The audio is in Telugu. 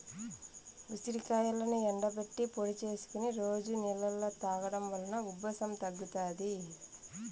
ఉసిరికాయలను ఎండబెట్టి పొడి చేసుకొని రోజు నీళ్ళలో తాగడం వలన ఉబ్బసం తగ్గుతాది